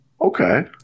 Okay